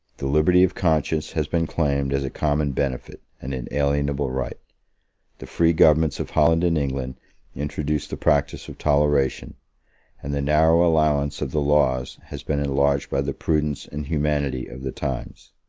the liberty of conscience has been claimed as a common benefit, an inalienable right the free governments of holland and england introduced the practice of toleration and the narrow allowance of the laws has been enlarged by the prudence and humanity of the times.